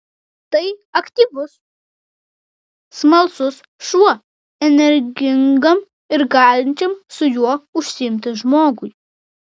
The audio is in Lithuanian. tai aktyvus smalsus šuo energingam ir galinčiam su juo užsiimti žmogui